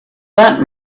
that